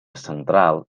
central